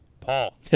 Paul